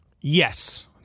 Yes